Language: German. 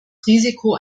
risiko